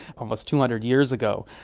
almost two hundred years ago,